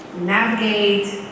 navigate